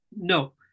No